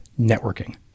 networking